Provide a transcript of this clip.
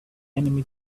enemy